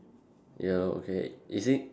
yellow okay is he